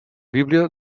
bíblia